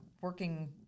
working